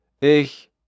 Ich